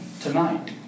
tonight